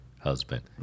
husband